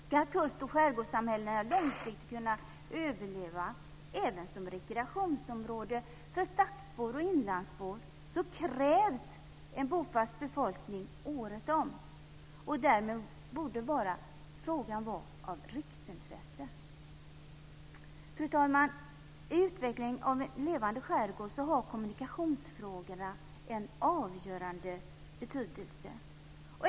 Ska kust och skärgårdssamhällena långsiktigt kunna överleva, även som rekreationsområde för stadsbor och inlandsbor, krävs en bofast befolkning året om. Därmed borde frågan vara av riksintresse. Fru talman! För utveckling av en levande skärgård har kommunikationsfrågorna en avgörande betydelse.